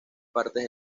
partes